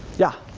yeah?